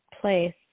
place